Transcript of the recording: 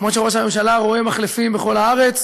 כמו שראש הממשלה רואה מחלפים בכל הארץ,